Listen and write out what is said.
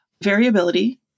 Variability